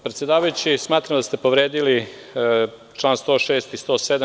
Predsedavajući, smatram da ste povredili čl. 106. i 107.